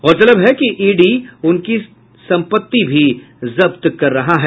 गौरतलब है कि ईडी उनकी संपत्ति भी जब्त कर रहा है